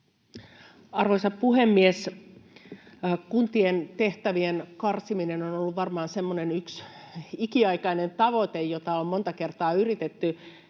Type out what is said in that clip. Arvoisa puhemies! Kuntien tehtävien karsiminen on ollut varmaan semmoinen yksi ikiaikainen tavoite, jota on monta kertaa yritetty.